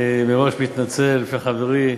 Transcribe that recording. אני מראש מתנצל, חברי,